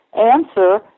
answer